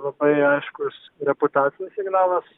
labai aiškus reputacijos signalas